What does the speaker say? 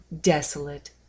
desolate